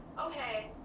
okay